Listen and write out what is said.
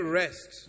rest